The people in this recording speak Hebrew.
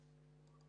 הסביבה.